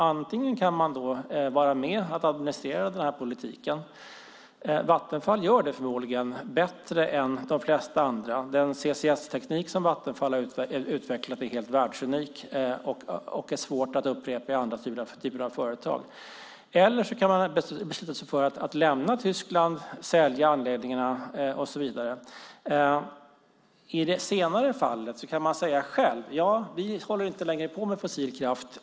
Antingen kan man vara med och administrera den här politiken - Vattenfall gör det förmodligen bättre än de flesta andra, och den CCS-teknik som Vattenfall har utvecklat är helt världsunik och svår att upprepa i andra typer av företag - eller så kan man besluta sig för att lämna Tyskland, sälja anläggningarna och så vidare. I det senare fallet kan man säga: Vi håller inte längre på med fossil kraft.